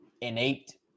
innate